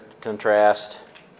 contrast